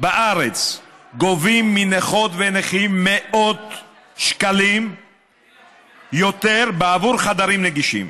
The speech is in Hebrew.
בארץ גובים מנכות ונכים מאות שקלים יותר בעבור חדרים נגישים.